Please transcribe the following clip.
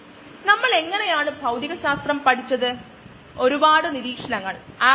പിന്നെ നിങ്ങൾ പ്രവേശിച്ചാൽ ലാബിലെ രാസ ഗന്ധത്തിനൊപ്പം ശുചിത്വമോ ഓർഗാനിസതിന്റെ അഭാവമോ നമുക്ക് മണക്കാൻ കഴിയും